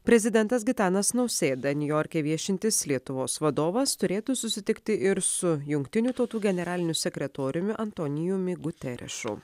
prezidentas gitanas nausėda niujorke viešintis lietuvos vadovas turėtų susitikti ir su jungtinių tautų generaliniu sekretoriumi antonijumi guterišu